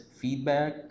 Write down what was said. feedback